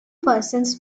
persons